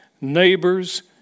neighbors